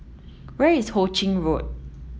where is Ho Ching Road